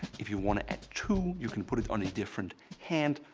if you want to add two, you can put it on a different hand,